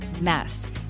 mess